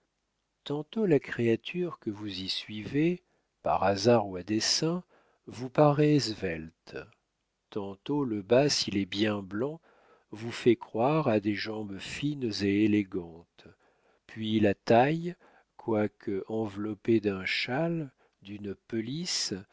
tantôt la créature que vous y suivez par hasard ou à dessein vous paraît svelte tantôt le bas s'il est bien blanc vous fait croire à des jambes fines et élégantes puis la taille quoique enveloppée d'un châle d'une pelisse